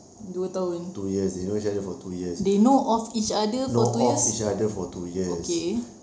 dua tahun they know of each other for two years okay